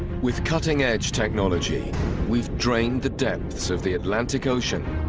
with cutting-edge technology we've drained the depths of the atlantic ocean